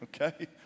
okay